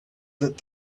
that